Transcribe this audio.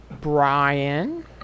brian